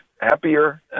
happier